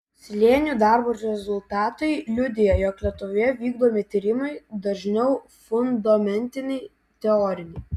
slėnių darbo rezultatai liudija jog lietuvoje vykdomi tyrimai dažniau fundamentiniai teoriniai